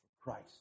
Christ